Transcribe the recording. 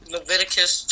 Leviticus